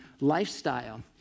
lifestyle